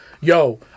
Yo